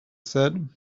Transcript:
said